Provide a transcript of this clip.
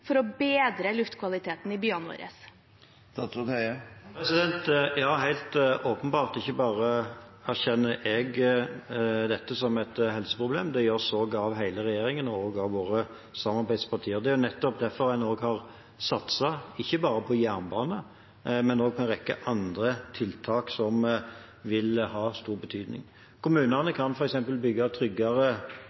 for å bedre luftkvaliteten i byene våre? Ja, helt åpenbart. Ikke bare erkjenner jeg dette som et helseproblem, det gjør sågar hele regjeringen og også våre samarbeidspartier. Det er nettopp derfor en har satset ikke bare på jernbanen, men også på en rekke andre tiltak som vil ha stor betydning. Kommunene kan f.eks. bygge tryggere